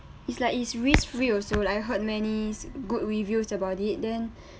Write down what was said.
it's like it's risk free also like I heard many good reviews about it then